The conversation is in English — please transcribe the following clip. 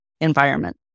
environment